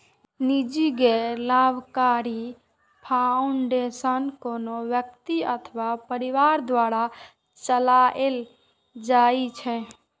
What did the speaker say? निजी गैर लाभकारी फाउंडेशन कोनो व्यक्ति अथवा परिवार द्वारा चलाएल जाइ छै